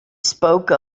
spoke